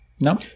no